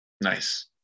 Nice